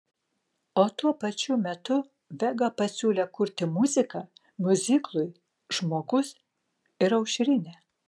o tuo pačiu metu vega pasiūlė kurti muziką miuziklui žmogus ir aušrinė